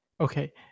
Okay